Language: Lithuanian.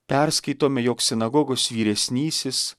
perskaitome jog sinagogos vyresnysis